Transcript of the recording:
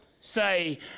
say